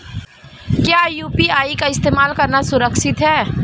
क्या यू.पी.आई का इस्तेमाल करना सुरक्षित है?